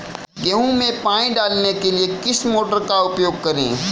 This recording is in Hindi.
गेहूँ में पानी डालने के लिए किस मोटर का उपयोग करें?